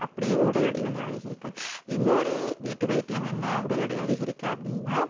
அப்படியும் உடல் எடை வந்து அதிகரிக்கும் இன்னொரு வீட்டு வைத்தியம் என்ன உடல் எடையை அதிகரிக்க அப்படின்னா